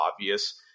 obvious